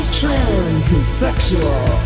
transsexual